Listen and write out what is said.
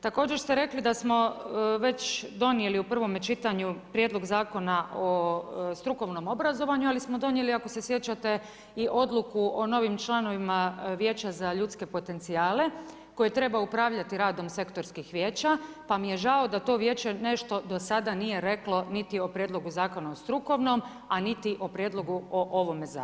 Također smo rekli da smo već donijeli u prvome čitanju prijedlog zakona o strukovnom obrazovanju, ali smo donijeli, ako se sjećate i odluku o novim članovima vijeća za ljudske potencijale, koje treba upravljati radom sektorskih vijeća, pa mi je žao da to vijeće nešto do sada nije reklo niti o prijedlogu Zakona o strukovnom, a niti o prijedlogu o ovome zakonu.